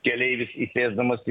keleivis įsėsdamas į